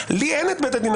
גם לי,